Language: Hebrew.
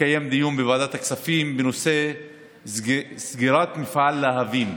התקיים דיון בוועדת הכספים בנושא סגירת מפעל להבים.